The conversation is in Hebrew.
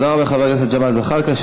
תודה רבה לחבר הכנסת ג'מאל זחאלקה.